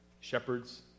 shepherds